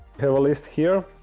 have a list here,